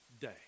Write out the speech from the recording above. Day